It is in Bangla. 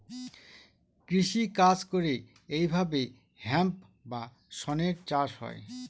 কৃষি কাজ করে এইভাবে হেম্প বা শনের চাষ হয়